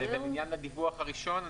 לגבי הדיווח הראשון,